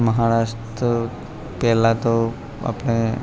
મહારાષ્ટ્ર પહેલાં તો આપણે